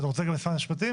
אתה רוצה גם את משרד המשפטים?